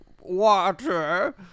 water